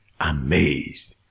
amazed